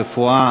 רפואה,